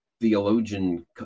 theologian